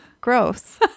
gross